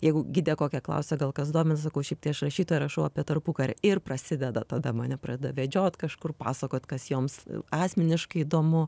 jeigu gidė kokia klausia gal kas domina sakau šiaip tai aš rašytoja rašau apie tarpukarį ir prasideda tada mane pradeda vedžiot kažkur pasakot kas joms asmeniškai įdomu